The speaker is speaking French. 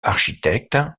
architecte